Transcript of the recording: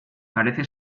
parece